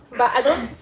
but I don't